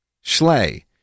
Schley